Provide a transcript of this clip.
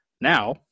Now